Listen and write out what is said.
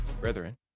Brethren